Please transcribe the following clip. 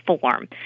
form